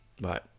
right